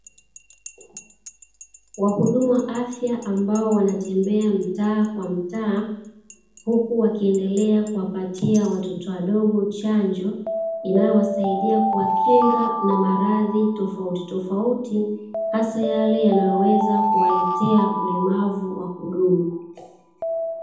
Wahudumu wa afya ambao wanatembea mtaa kwa mtaa, huku wakiendelea kuwapatia watoto wadogo chanjo inayowasaidia kuwakinga na maradhi tofautitofauti, hasa yale yanayoweza kuwaletea ulemavu wa kudumu.